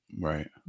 right